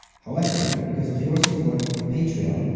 however, because of your support on patreon,